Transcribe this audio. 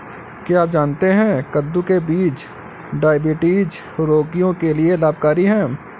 क्या आप जानते है कद्दू के बीज डायबिटीज रोगियों के लिए लाभकारी है?